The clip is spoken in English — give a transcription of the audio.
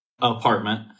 Apartment